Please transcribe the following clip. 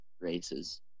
races